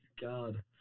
God